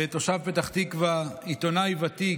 תושב פתח תקווה, עיתונאי ותיק,